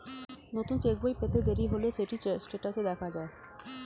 নতুন চেক্ বই পেতে দেরি হলে সেটি স্টেটাসে দেখা যায়